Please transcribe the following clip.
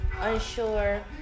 unsure